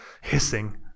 hissing